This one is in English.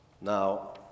Now